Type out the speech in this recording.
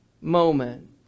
moment